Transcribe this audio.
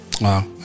wow